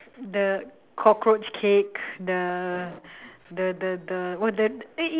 the cockroach cake the the the the what's the